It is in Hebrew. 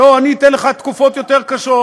לא, אני אתן לך תקופות יותר קשות.